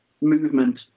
movement